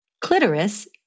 clitoris